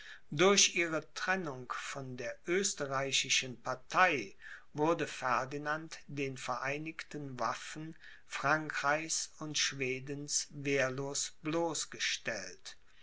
durch ihre trennung von der österreichischen partei wurde ferdinand den vereinigten waffen frankreichs und schwedens wehrlos bloßgestellt